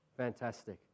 Fantastic